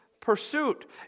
Pursuit